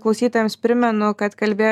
klausytojams primenu kad kalbėjo